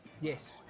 yes